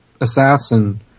assassin